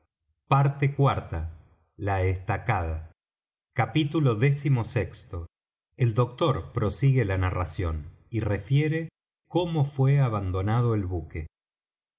parte iv la estacada capítulo xvi el doctor prosigue la narración y refiere cómo fué abandonado el buque